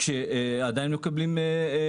ועדיין הם מקבלים זיכוי באגרות.